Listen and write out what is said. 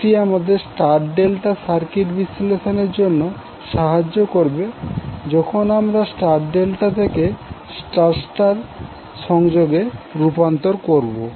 এটি আমাদের star delta circuit বিশ্লেষণের জন্য সাহায্য করবে যখন আমরা স্টার ডেল্টা থেকে স্টার স্টার সংযোগে রূপান্তর করবো